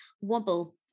wobble